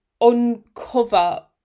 Uncover